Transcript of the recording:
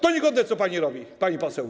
To niegodne, co pani robi, pani poseł.